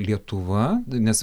lietuva nes